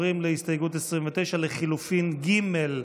הסתייגות 29 לחלופין ב'